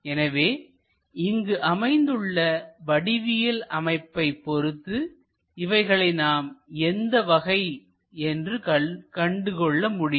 எனவே இங்கு அமைந்துள்ள வடிவியல் அமைப்பை பொருத்து இவைகளை நாம் எந்த வகை என்று கண்டுகொள்ள முடியும்